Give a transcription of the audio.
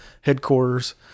headquarters